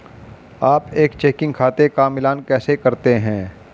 आप एक चेकिंग खाते का मिलान कैसे करते हैं?